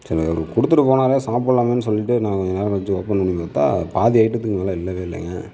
சரி அவர் கொடுத்துட்டு போனாரே சாப்பிட்லாமேனு சொல்லிட்டு நான் கொஞ்சம் நேரம் கழித்து ஓபன் பண்ணி பார்த்தா பாதி ஐட்டதுக்கு மேலே இல்லவே இல்லைங்க